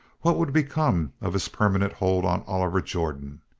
what would become of his permanent hold on oliver jordan?